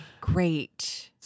Great